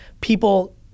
people